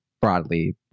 broadly